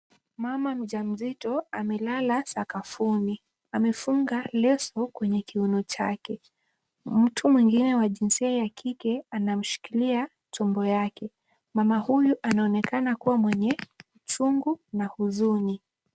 Mama mjamzito amelala sakafuni. Amefunga leso kwenye kiuno chake. Mtu mwingine wa jinsia ya kike anamshikilia tumbo yake. Mama huyu anaonekana kuwa mwenye chungu na huzuni.